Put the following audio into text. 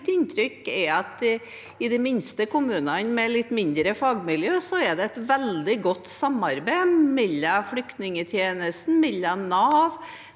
Mitt inntrykk er at i de minste kommunene, med et litt mindre fagmiljø, er det et veldig godt samarbeid mellom flyktningtjenesten, mellom